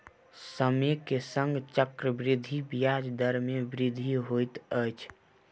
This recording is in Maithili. समय के संग चक्रवृद्धि ब्याज दर मे वृद्धि होइत अछि